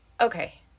okay